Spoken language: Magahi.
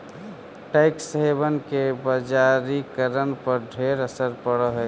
टैक्स हेवन के बजारिकरण पर ढेर असर पड़ हई